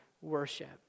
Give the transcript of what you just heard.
worship